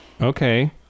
okay